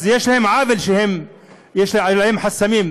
אז יש עוול שיש עליהם חסמים,